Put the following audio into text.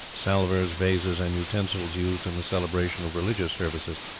salvers, vases, and utensils used in the celebration of religious services.